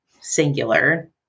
singular